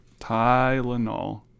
Tylenol